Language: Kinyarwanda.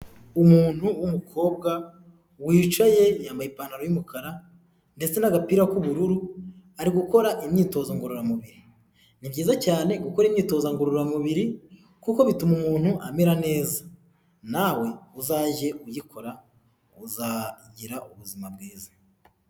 Umuntu w'umukobwa wicaye yambaye ipantaro y'umukara ndetse n'agapira k'ubururu ari gukora imyitozo ngororamubiri. Ni byiza cyane gukora imyitozo ngororamubiri kuko bituma umuntu amera neza, nawe uzajye uyikora uzagira ubuzima bwiza.